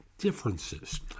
differences